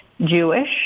Jewish